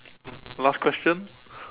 last question